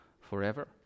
forever